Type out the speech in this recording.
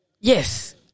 yes